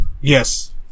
Yes